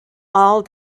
all